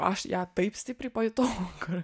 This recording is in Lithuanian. aš ją taip stipriai pajutau ka